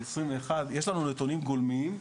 יש לנו נתונים גולמיים,